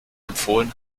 empfohlen